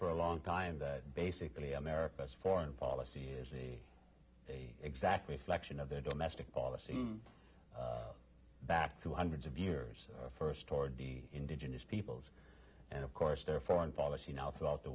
for a long time that basically america's foreign policy is a they exactly flexion of their domestic policy back to hundreds of years first toward the indigenous peoples and of course their foreign policy now throughout the